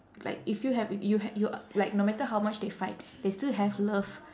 like if you have you had you uh like no matter how much they fight they still have love